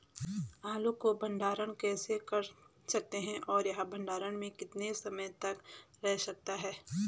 आलू को भंडारण कैसे कर सकते हैं और यह भंडारण में कितने समय तक रह सकता है?